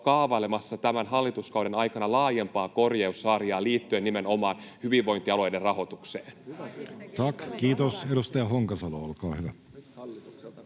kaavailemassa tämän hallituskauden aikana laajempaa korjaussarjaa liittyen nimenomaan hyvinvointialueiden rahoitukseen? [Speech 55] Speaker: Jussi Halla-aho